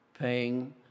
paying